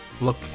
Look